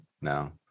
No